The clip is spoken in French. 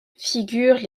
figure